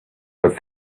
but